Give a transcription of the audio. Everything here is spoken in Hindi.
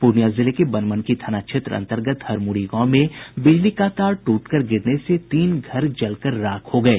पूर्णिया जिले के बनमनखी थाना क्षेत्र अंतर्गत हरमुरी गांव में बिजली का तार टूटकर गिरने से तीन घर जलकर राख हो गये